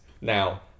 Now